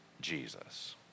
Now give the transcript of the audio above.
Jesus